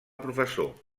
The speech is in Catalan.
professor